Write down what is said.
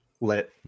let